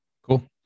Cool